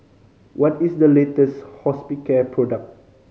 what is the latest Hospicare product